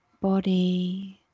body